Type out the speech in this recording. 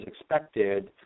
expected